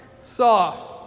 saw